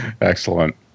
Excellent